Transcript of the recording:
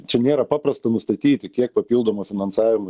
čia nėra paprasta nustatyti kiek papildomo finansavimo